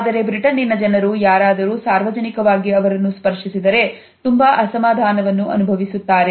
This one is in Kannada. ಆದರೆ ಬ್ರಿಟನ್ನಿನ ಜನರು ಯಾರಾದರೂ ಸಾರ್ವಜನಿಕವಾಗಿ ಅವರನ್ನು ಸ್ಪರ್ಶಿಸಿದರೆ ತುಂಬಾ ಅಸಮಾಧಾನವನ್ನು ಅನುಭವಿಸುತ್ತಾರೆ